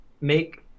make